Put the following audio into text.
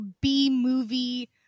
B-movie